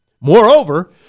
Moreover